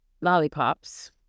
lollipops